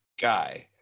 guy